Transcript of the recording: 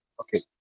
okay